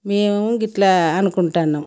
మేము గిట్ల అనుకుంటాన్నాం